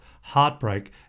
heartbreak